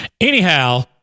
anyhow